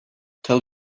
tell